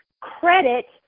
credit